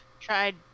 Tried